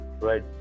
right